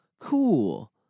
cool